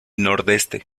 nordeste